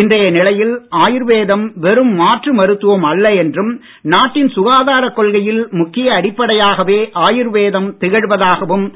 இன்றைய நிலையில் ஆயுர்வேதம் வெறும் மாற்று மருத்துவம் அல்ல என்றும் நாட்டின் சுகாதாரத் கொள்கையில் முக்கிய அடிப்படையாகவே ஆயுர்வேதம் திகழ்வதாகவும்